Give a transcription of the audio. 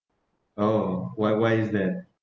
oh why why is that